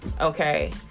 Okay